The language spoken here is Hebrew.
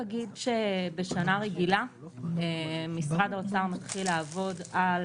בשנה רגילה משרד האוצר מתחיל לעבוד על